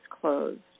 closed